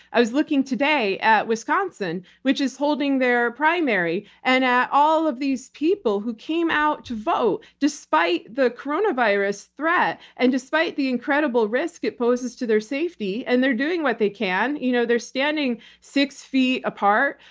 i was looking today at wisconsin, which is holding their primary, and all of these people who came out to vote despite the coronavirus threat and despite the incredible risk it poses to their safety. and they're doing what they can. you know they're standing six feet apart.